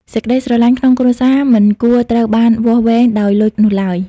សេចក្តីស្រឡាញ់ក្នុងគ្រួសារមិនគួរត្រូវបានវាស់វែងដោយ "លុយ" នោះឡើយ។